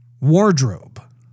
Wardrobe